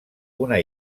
una